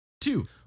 two